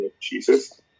Jesus